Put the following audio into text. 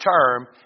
term